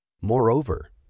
Moreover